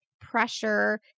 pressure